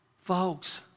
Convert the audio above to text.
Folks